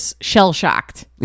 shell-shocked